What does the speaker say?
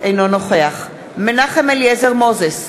אינו נוכח מנחם אליעזר מוזס,